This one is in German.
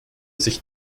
sich